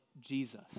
Jesus